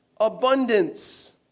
abundance